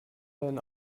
deinen